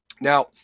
Now